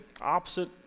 opposite